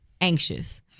anxious